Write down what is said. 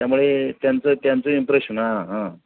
त्यामुळे त्यांचं त्यांचं इम्प्रेशन हां हां